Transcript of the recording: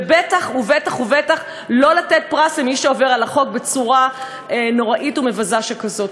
ובטח ובטח ובטח לא לתת פרס למי שעובר על החוק בצורה נוראה ומבזה כזאת.